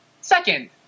Second